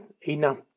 enough